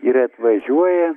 ir atvažiuoja